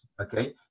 Okay